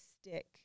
stick